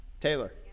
Taylor